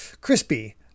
crispy